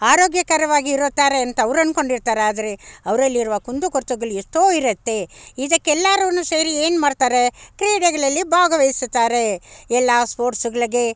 ಆರೋಗ್ಯಕರವಾಗಿ ಇರುತ್ತಾರೆ ಅಂತ ಅವ್ರು ಅಂದ್ಕೊಂಡಿರ್ತಾರೆ ಆದರೆ ಅವರಲ್ಲಿರುವ ಕುಂದು ಕೊರತೆಗಳೆಷ್ಟೋ ಇರುತ್ತೆ ಇದಕ್ಕೆಲ್ಲಾರುನು ಸೇರಿ ಏನು ಮಾಡ್ತಾರೆ ಕ್ರೀಡೆಗಳಲ್ಲಿ ಭಾಗವಹಿಸುತ್ತಾರೆ ಎಲ್ಲ ಸ್ಪೋರ್ಟ್ಸುಗಳಿಗೆ